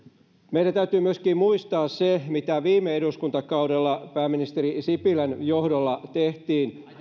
meidän täytyy myöskin muistaa se mitä viime eduskuntakaudella pääministeri sipilän johdolla tehtiin